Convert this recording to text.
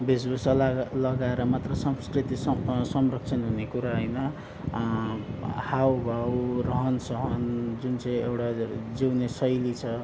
वेशभूषा लगा लगाएर मात्र संस्कृति संरक्षण हुने कुरा होइन हाउभाउ रहनसहन जुन चाहिँ एउटा जिउने शैली छ